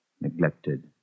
Neglected